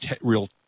real